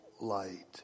light